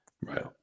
Right